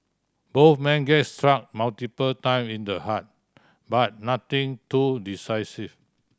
both men get struck multiple time in the head but nothing too decisive